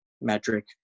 metric